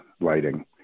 lighting